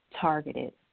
targeted